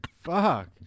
Fuck